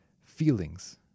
feelings